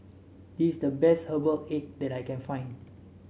this is the best Herbal Egg that I can find